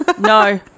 no